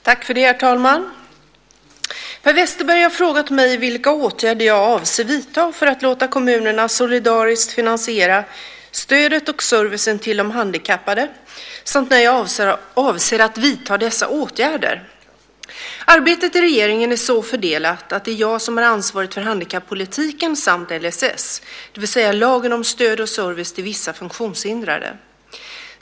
Herr talman! Per Westerberg har frågat mig vilka åtgärder jag avser att vidta för att låta kommunerna solidariskt finansiera stödet och servicen till de handikappade samt när jag avser att vidta dessa åtgärder. Arbetet i regeringen är så fördelat att det är jag som har ansvaret för handikappolitiken samt LSS, det vill säga lagen om stöd och service till vissa funktionshindrade.